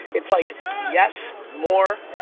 it's like, yes, more,